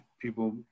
people –